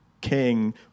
king